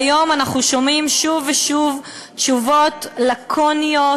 היום אנחנו שומעים שוב ושוב תשובות לקוניות,